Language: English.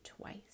twice